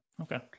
Okay